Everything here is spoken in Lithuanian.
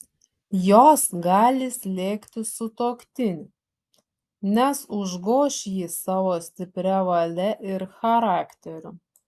jos gali slėgti sutuoktinį nes užgoš jį savo stipria valia ir charakteriu